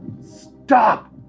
Stop